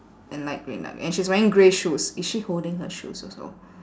and light green like me and she's wearing grey shoes is she holding her shoes also